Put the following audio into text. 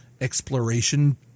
exploration